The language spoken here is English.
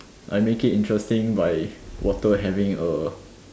I make it interesting by water having a